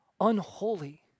unholy